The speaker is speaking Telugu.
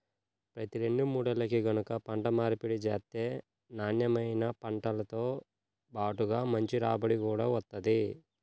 ప్రతి రెండు మూడేల్లకి గనక పంట మార్పిడి చేత్తే నాన్నెమైన పంటతో బాటుగా మంచి రాబడి గూడా వత్తది